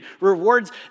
rewards